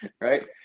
Right